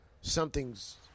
something's